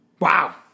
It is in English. Wow